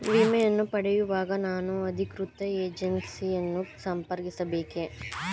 ವಿಮೆಯನ್ನು ಪಡೆಯುವಾಗ ನಾನು ಅಧಿಕೃತ ಏಜೆನ್ಸಿ ಯನ್ನು ಸಂಪರ್ಕಿಸ ಬೇಕೇ?